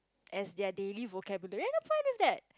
as their daily vocabulary I've no problem with that